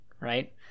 right